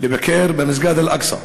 לבקר במסגד אל-אקצא.